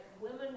women